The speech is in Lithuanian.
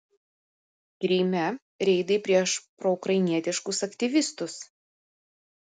kryme reidai prieš proukrainietiškus aktyvistus